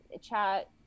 chat